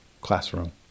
classroom